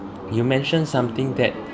you mention something that